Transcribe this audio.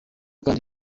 kandi